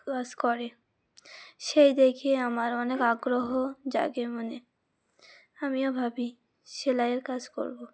কাজ করে সেই দেখে আমার অনেক আগ্রহ জাগে মনে আমিও ভাবি সেলাইয়ের কাজ করবো